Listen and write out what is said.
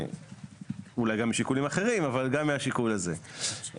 אולי גם משיקולים אחרים, אבל גם מהשיקול הזה.